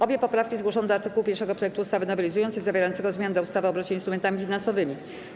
Obie poprawki zgłoszono do art. 1 projektu ustawy nowelizującej, zawierającego zmiany do ustawy o obrocie instrumentami finansowymi.